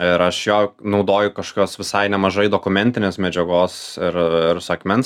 ir aš jo naudoju kažkokios visai nemažai dokumentinės medžiagos ir ir su akmens